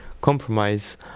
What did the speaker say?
compromise